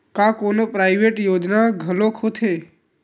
का कोनो प्राइवेट योजना घलोक होथे?